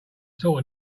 sort